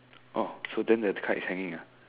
oh so then the kite is hanging ah